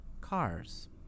cars